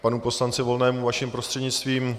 K panu poslanci Volnému vaším prostřednictvím.